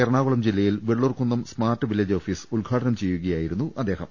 എറണാകുളം ജില്ലയിൽ Vellurkunnam smart village office ഉദ്ഘാടനം ചെയ്യുകയായിരുന്നു അദ്ദേഹം